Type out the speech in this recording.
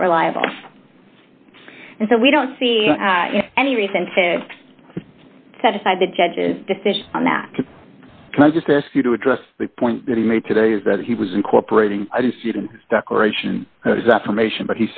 not reliable and so we don't see any reason to set aside the judge's decision on that just ask you to address the point that he made today is that he was incorporating separation formation but